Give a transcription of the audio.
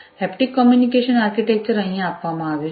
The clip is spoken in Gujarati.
હેપ્ટિક કોમ્યુનિકેશન આર્કિટેક્ચર અહીં આપવામાં આવ્યું છે